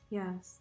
yes